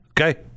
Okay